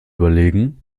überlegen